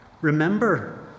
Remember